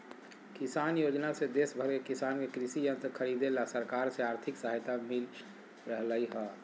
किसान योजना से देश भर के किसान के कृषि यंत्र खरीदे ला सरकार से आर्थिक सहायता मिल रहल हई